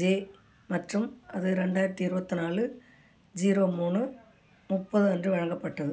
J மற்றும் அது ரெண்டாயிரத்தி இருபத்து நாலு ஜீரோ மூணு முப்பது அன்று வழங்கப்பட்டது